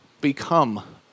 become